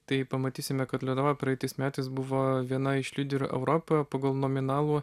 tai pamatysime kad lietuva praeitais metais buvo viena iš lyderių europoje pagal nominalų